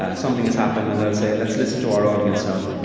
ah something has happened, and they'll say, let's listen to our audience now, um